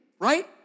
right